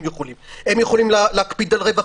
יכולים להקפיד על מרווח